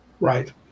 Right